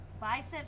biceps